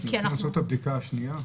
במקום לעשות את הבדיקה השנייה?